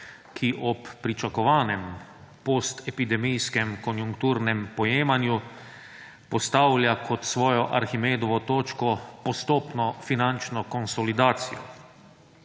ki ob pričakovanem postepidemijskem konjunkturnem pojemanju postavlja kot svojo Arhimedovo točko postopno finančno konsolidacijo.